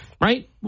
Right